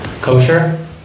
Kosher